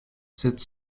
sept